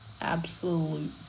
Absolute